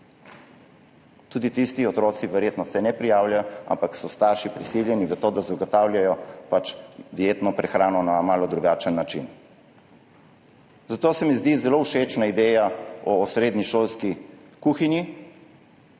Tudi tisti otroci se verjetno ne prijavljajo, ampak so starši prisiljeni v to, da zagotavljajo dietno prehrano na malo drugačen način. Zato se mi zdi zelo všečna ideja o srednji šolski kuhinji,